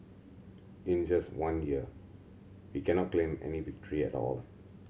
in just one year we cannot claim any victory at all